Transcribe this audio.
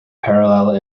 parallel